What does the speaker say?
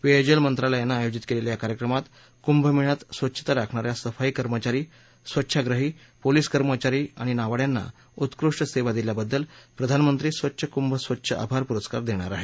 पेयजल मंत्रालयानं आयोजित केलेल्या या कार्यक्रमात कुंभमेळ्यात स्वच्छता राखणाऱ्या सफाई कर्मचारी स्वच्छाग्रही पोलीस कर्मचारी आणि नावाङ्यांना उत्कृष्ट सेवा दिल्याबद्दल प्रधानमंत्री स्वच्छ कुंभ स्वच्छ आभार पुरस्कार देणार आहेत